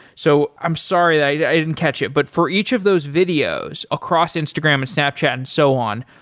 so i'm sorry, i and i didn't catch it but for each of those videos, across instagram and snapchat and so on,